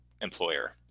employer